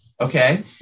okay